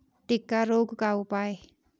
टिक्का रोग का उपाय?